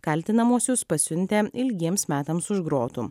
kaltinamuosius pasiuntę ilgiems metams už grotų